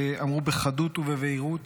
שאמרו בחדות ובבהירות